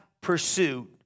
pursuit